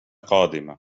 قادمة